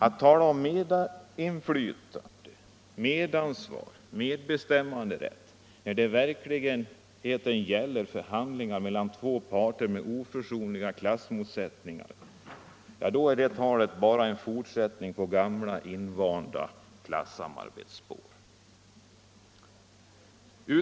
Att tala om medinflytande, medansvar och medbestämmanderätt när det i verkligheten gäller förhandlingar mellan två parter med oförsonliga klassmotsättningar är en fortsättning på gamla invanda klassamarbetsspår.